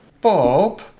Bob